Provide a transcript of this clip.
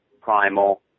primal